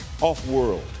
Off-world